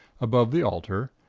above the altar,